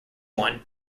one